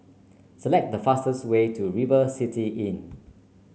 select the fastest way to River City Inn